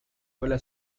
habla